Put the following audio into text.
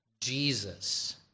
Jesus